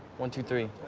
one, two, three.